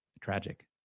tragic